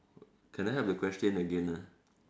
can I have the question again ah